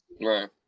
Right